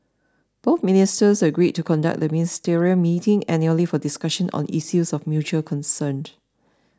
both ministers agreed to conduct the ministerial meeting annually for discussions on issues of mutual concern